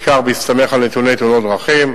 בעיקר בהסתמך על נתוני תאונות דרכים.